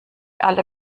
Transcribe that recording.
alle